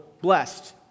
blessed